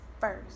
first